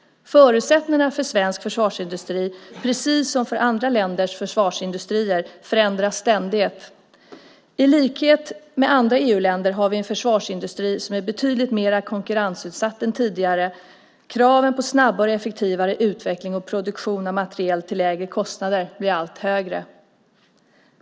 Förutsättningarna för svensk försvarsindustri, precis som för andra länders försvarsindustrier, förändras ständigt. I likhet med andra EU-länder har vi en försvarsindustri som är betydligt mer konkurrensutsatt än tidigare. Kraven på snabbare och effektivare utveckling och produktion av materiel till lägre kostnader blir allt högre.